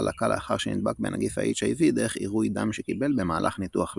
בה לקה לאחר שנדבק בנגיף ה-HIV דרך עירוי דם שקיבל במהלך ניתוח לב.